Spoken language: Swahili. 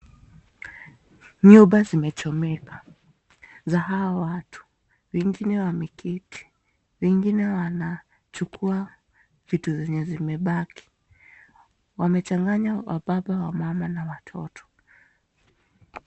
Nyumba zimechomeka za hawa watu, wengine wameketi, wengine wanachukua vitu zenye zimebaki. Wamechanganya wababa, wamama na watoto.